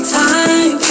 time